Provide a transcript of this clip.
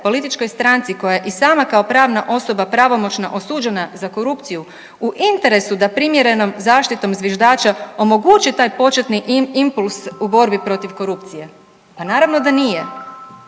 političkoj stranci koja je i sama kao pravna osoba pravomoćno osuđena za korupciju u interesu da primjerenom zaštitom zviždača omogući taj početni impuls u borbi protiv korupcije? Pa naravno da nije.